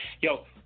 Yo